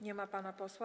Nie ma pana posła.